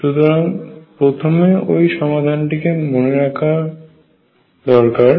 সুতরাং প্রথমে ওই সমাধানটি কে মনে করার চেষ্টা করা যাক